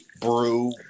brew